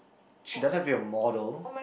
she doesn't have your model